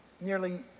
nearly